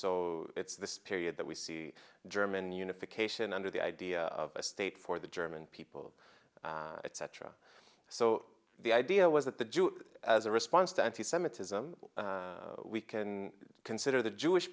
so it's this period that we see german unification under the idea of a state for the german people cetera so the idea was that the jew as a response to anti semitism we can consider the jewish